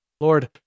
Lord